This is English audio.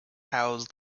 housed